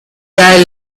guy